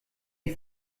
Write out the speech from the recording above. die